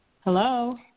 Hello